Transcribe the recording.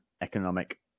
economic